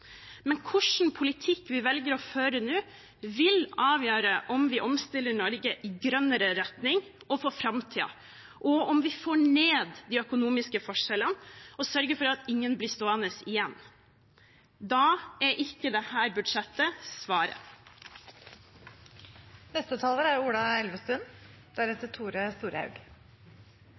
Men hva slags politikk vi velger å føre nå, vil avgjøre om vi omstiller Norge i en grønnere retning og for framtiden, og om vi får ned de økonomiske forskjellene og sørger for at ingen blir stående igjen. Da er ikke dette budsjettet svaret. Jeg vil begynne med å si at jeg er